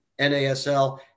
NASL